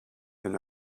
and